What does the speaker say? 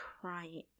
crying